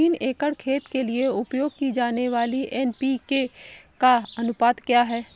तीन एकड़ खेत के लिए उपयोग की जाने वाली एन.पी.के का अनुपात क्या है?